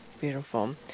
Beautiful